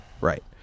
Right